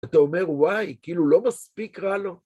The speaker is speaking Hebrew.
‫אתה אומר, וואי, כאילו לא מספיק רע לו?